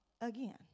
again